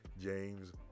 James